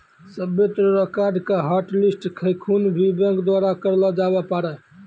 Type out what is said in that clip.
सभ्भे तरह रो कार्ड के हाटलिस्ट केखनू भी बैंक द्वारा करलो जाबै पारै